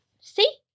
See